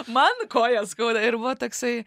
man kojas skauda ir buvo toksai